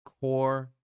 core